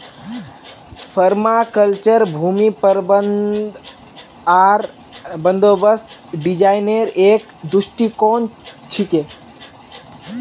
permaculture भूमि प्रबंधन आर बंदोबस्त डिजाइनेर एक दृष्टिकोण छिके